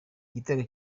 igitego